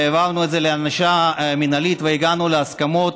העברנו את זה לענישה מינהלית והגענו להסכמות,